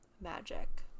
Magic